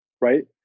Right